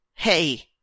Hey